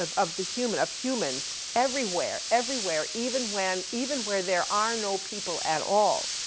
of, of the human, of humans everywhere, everywhere even when, even where there are no people at all,